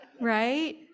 Right